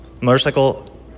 motorcycle